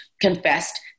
confessed